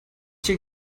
she